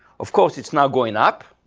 of course, it's now going up.